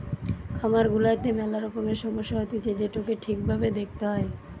খামার গুলাতে মেলা রকমের সমস্যা হতিছে যেটোকে ঠিক ভাবে দেখতে হয়